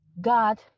God